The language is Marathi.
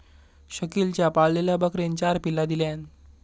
शकिलच्या पाळलेल्या बकरेन चार पिल्ला दिल्यान